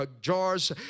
jars